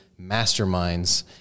Masterminds